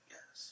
Yes